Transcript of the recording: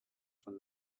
from